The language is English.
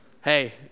Hey